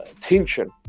tension